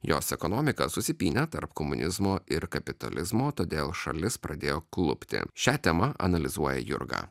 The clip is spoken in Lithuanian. jos ekonomika susipynė tarp komunizmo ir kapitalizmo todėl šalis pradėjo klupti šią temą analizuoja jurga